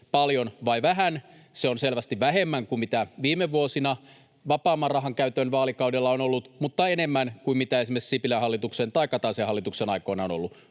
paljon vai vähän. Se on selvästi vähemmän kuin mitä viime vuosina vapaamman rahankäytön vaalikaudella on ollut, mutta enemmän kuin mitä esimerkiksi Sipilän hallituksen tai Kataisen hallituksen aikoina on ollut.